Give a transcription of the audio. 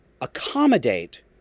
accommodate